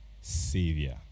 Savior